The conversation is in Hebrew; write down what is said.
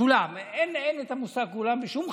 כולם, אין מושג "כולם" בשום חברה,